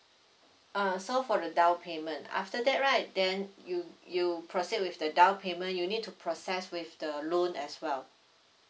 uh so for the down payment after that right then you you proceed with the down payment you need to process with the loan as well